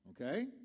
Okay